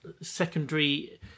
secondary